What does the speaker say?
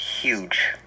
Huge